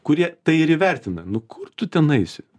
kurie tai ir įvertina nu kur tu ten eisi